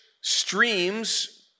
streams